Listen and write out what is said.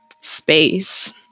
space